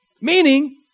Meaning